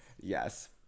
Yes